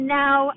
now